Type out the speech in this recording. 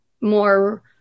more